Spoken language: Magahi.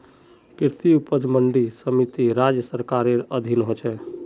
कृषि उपज मंडी समिति राज्य सरकारेर अधीन ह छेक